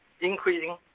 increasing